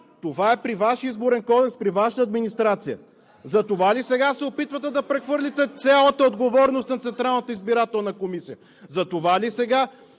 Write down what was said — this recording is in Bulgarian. това е при Ваш Изборен кодекс, при Вашата администрация. Затова ли сега се опитвате да прехвърлите цялата отговорност на Централната избирателна комисия? Затова ли сега